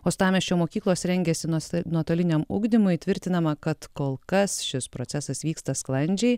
uostamiesčio mokyklos rengiasi nuose nuotoliniam ugdymui tvirtinama kad kol kas šis procesas vyksta sklandžiai